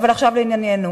עכשיו לענייננו.